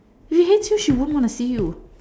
if she hates you she won't want to see you